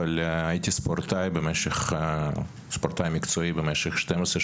אבל הייתי ספורטאי מקצועי במשך שתים עשרה,